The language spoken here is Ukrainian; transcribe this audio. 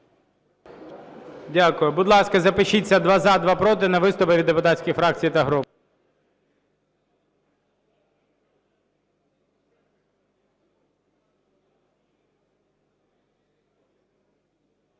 Дякую. Будь ласка, запишіться: два – за, два – проти на виступи від депутатських фракцій та груп.